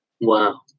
Wow